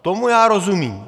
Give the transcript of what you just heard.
Tomu já rozumím.